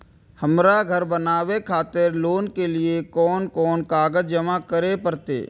हमरा घर बनावे खातिर लोन के लिए कोन कौन कागज जमा करे परते?